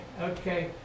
okay